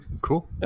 cool